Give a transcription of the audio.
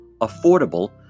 affordable